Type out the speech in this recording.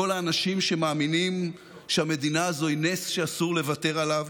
כל האנשים שמאמינים שהמדינה הזו היא נס שאסור לוותר עליו,